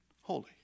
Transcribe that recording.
holy